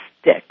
stick